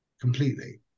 completely